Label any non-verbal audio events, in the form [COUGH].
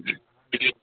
[UNINTELLIGIBLE]